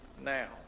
now